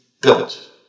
built